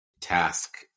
task